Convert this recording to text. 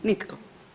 Nitko.